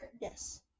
Yes